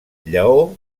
lleó